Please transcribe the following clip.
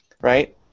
right